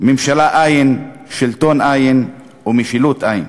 ממשלה אין, שלטון אין ומשילות אין.